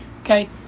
Okay